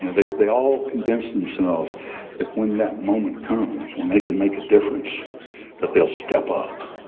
you know they they all convince themselves that when that moment comes, when they can make a difference that they'll step up.